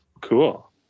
Cool